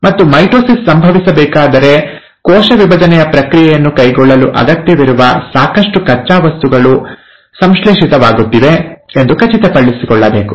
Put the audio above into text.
ಮತ್ತು ಮೈಟೊಸಿಸ್ ಸಂಭವಿಸಬೇಕಾದರೆ ಕೋಶ ವಿಭಜನೆಯ ಪ್ರಕ್ರಿಯೆಯನ್ನು ಕೈಗೊಳ್ಳಲು ಅಗತ್ಯವಿರುವ ಸಾಕಷ್ಟು ಕಚ್ಚಾ ವಸ್ತುಗಳು ಸಂಶ್ಲೇಷಿತವಾಗುತ್ತಿವೆ ಎಂದು ಖಚಿತಪಡಿಸಿಕೊಳ್ಳಬೇಕು